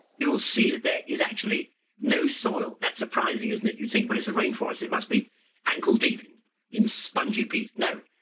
you'll see that there is actually no soil. that's surprising, isn't it? you think, well, it's a rainforest, it must be ankle deep in in spongy peat. no,